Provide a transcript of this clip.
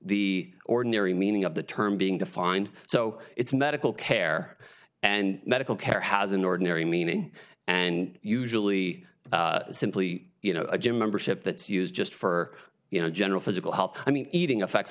the ordinary meaning of the term being defined so it's medical care and medical care has an ordinary meaning and usually simply you know a gym membership that's used just for you know general physical health i mean eating affects